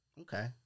Okay